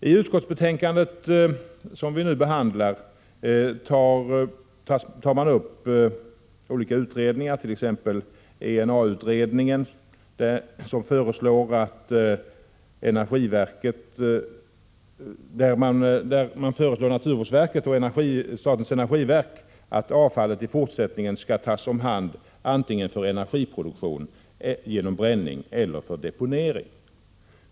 I utskottsbetänkandet som vi nu behandlar tar man upp olika utredningar, t.ex. ENA-utredningen, där naturvårdsverket och statens energiverk föreslår att avfallet i fortsättningen skall tas om hand antingen för energiproduktion genom bränning eller för deponering.